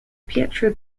pietro